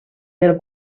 del